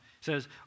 says